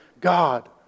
God